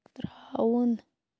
ترٛاوُن